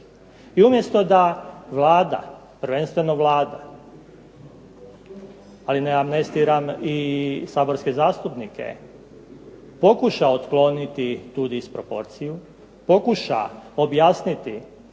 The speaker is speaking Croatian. I umjesto da Vlada, prvenstveno Vlada, ali ne amnestiram i saborske zastupnike, pokuša otkloniti tu disproporciju, pokuša objasniti